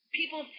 people